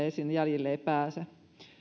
ei ihan helposti pääse